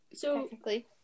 technically